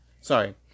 sorry